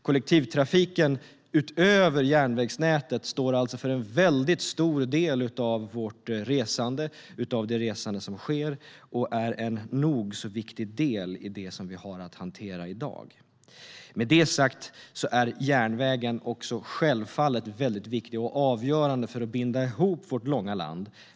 Kollektivtrafiken utöver järnvägsnätet står alltså för en väldigt stor del av det resande som sker och är en nog så viktig del i det som vi har att hantera i dag. Med det sagt är järnvägen självfallet väldigt viktig och avgörande för att binda ihop vårt långa land.